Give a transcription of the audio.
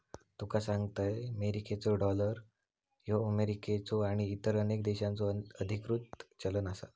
तुका सांगतंय, मेरिकेचो डॉलर ह्यो अमेरिकेचो आणि इतर अनेक देशांचो अधिकृत चलन आसा